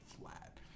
flat